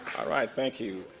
alright thank you.